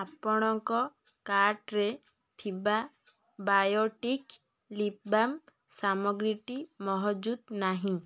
ଆପଣଙ୍କ କାର୍ଟ୍ରେ ଥିବା ବାୟୋଟିକ୍ ଲିପ୍ବାମ୍ ସାମଗ୍ରୀଟି ମହଜୁଦ ନାହିଁ